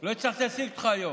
לא הצלחתי להשיג אותך היום.